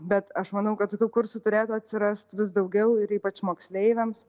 bet aš manau kad tokių kursų turėtų atsirast vis daugiau ir ypač moksleiviams